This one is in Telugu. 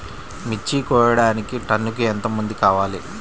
మిర్చి కోయడానికి టన్నుకి ఎంత మంది కావాలి?